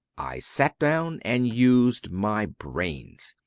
i sat down and used my brains.